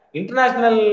International